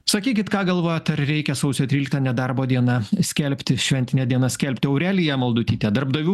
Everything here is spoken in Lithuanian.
sakykit ką galvojat ar reikia sausio tryliktą nedarbo diena skelbti šventine diena skelbti aurelija maldutytė darbdavių